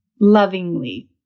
lovingly